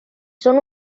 son